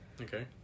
Okay